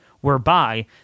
whereby